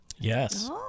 Yes